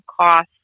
cost